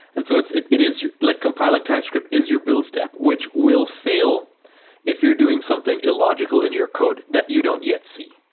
and so it it is like compiling typescript is your build step, which will fail if you're doing something illogical in your code that you don't yet see.